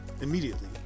immediately